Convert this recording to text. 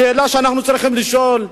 השאלה שאנחנו צריכים לשאול,